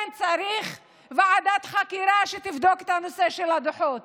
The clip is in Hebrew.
כן, צריך ועדת חקירה שתבדוק את הנושא של הדוחות,